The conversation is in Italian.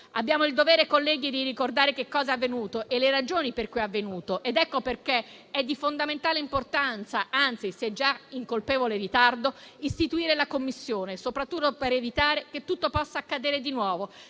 Abbiamo il dovere, colleghi, di ricordare che cosa è avvenuto e le ragioni per cui è avvenuto. Ecco perché è di fondamentale importanza - anzi si è già in colpevole ritardo - istituire la Commissione, soprattutto per evitare che tutto possa accadere di nuovo;